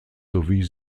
sowie